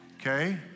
Okay